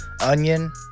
Onion